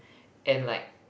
and like